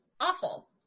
awful